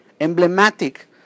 emblematic